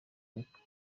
quelque